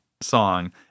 song